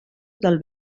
del